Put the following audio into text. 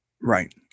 Right